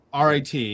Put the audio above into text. RIT